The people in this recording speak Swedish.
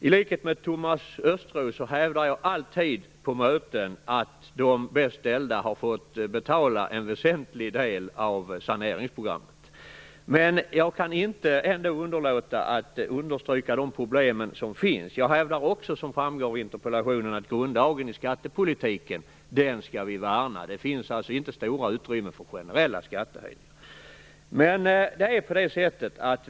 I likhet med Thomas Östros hävdar jag alltid på möten att de bäst ställda har fått betala en väsentlig del av saneringsprogrammet. Men jag kan inte underlåta att understryka de problem som finns. Jag hävdar också, som framgår av interpellationen, att vi skall värna grunddragen i skattepolitiken. Det finns inga stora utrymmen för generella skattehöjningar.